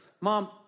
Mom